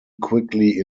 quickly